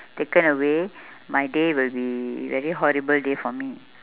taken away my day will be very horrible day for me